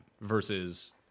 versus